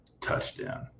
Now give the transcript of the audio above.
touchdown